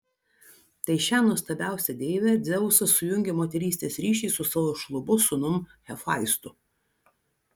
tai šią nuostabiausią deivę dzeusas sujungė moterystės ryšiais su savo šlubu sūnum hefaistu